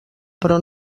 però